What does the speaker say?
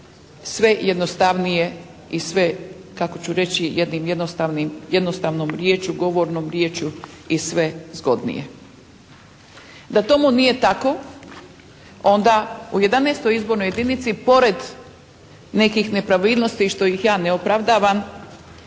sve jednostavnije i sve kako ću reći jednim jednostavnim, jednostavnom riječju, govornom riječju i sve zgodnije. Da tomu nije tako onda u 11. izbornoj jedinici pored nekih nepravilnosti što ih ja ne opravdavam